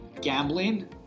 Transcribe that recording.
gambling